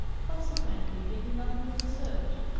consequently, they knew nothing of the search.